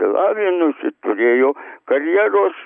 išsilavinusi turėjo karjeros